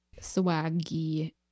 swaggy